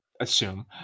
assume